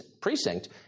precinct